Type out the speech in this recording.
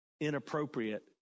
inappropriate